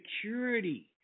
security